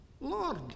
Lord